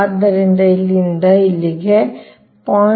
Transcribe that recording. ಆದ್ದರಿಂದ ಇಲ್ಲಿಂದ ಇಲ್ಲಿಗೆ 0